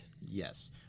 Yes